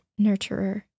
nurturer